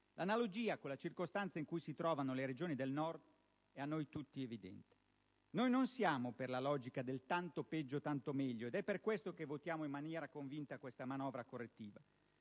l'analogia con la circostanza in cui si trovano le Regioni del Nord è a noi tutti evidente. Noi non siamo per la logica del tanto peggio tanto meglio, ed è per questo che votiamo in maniera convinta questa manovra correttiva.